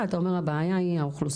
- אז אתה אומר עיקר הבעיה היא האוכלוסייה.